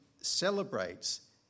celebrates